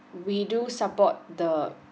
we do support the